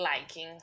liking